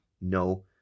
no